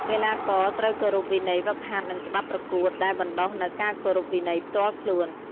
កីឡាករត្រូវគោរពវិន័យហ្វឹកហាត់ និងច្បាប់ប្រកួត ដែលបណ្តុះនូវការគោរពវិន័យផ្ទាល់ខ្លួន។